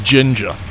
Ginger